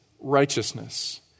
righteousness